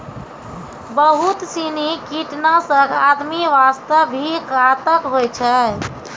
बहुत सीनी कीटनाशक आदमी वास्तॅ भी घातक होय छै